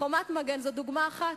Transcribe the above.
"חומת מגן" הוא דוגמה אחת.